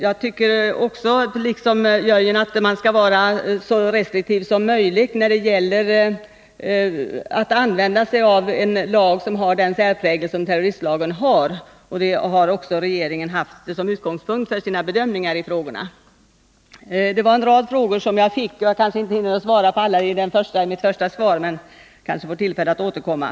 Jag tycker också, liksom Jörgen Ullenhag, att man skall vara så restriktiv som möjligt när det gäller att använda sig av en lag som har den särprägel som terroristlagen har. Detta har också regeringen haft som utgångspunkt för sina bedömningar i dessa frågor. Det ställdes en rad frågor till mig, och jag hinner väl inte svara på alla i detta anförande, men jag kanske får tillfälle att återkomma.